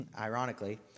ironically